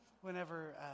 whenever